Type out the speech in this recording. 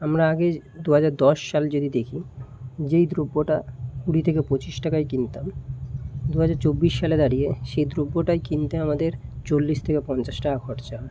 আমরা আগে যে দু হাজার দশ সাল যদি দেখি যেই দ্রব্যটা কুড়ি থেকে পঁচিশ টাকায় কিনতাম দু হাজার চব্বিশ সালে দাঁড়িয়ে সেই দ্রব্যটাই কিনতে আমাদের চল্লিশ থেকে পঞ্চাশ টাকা খরচা হয়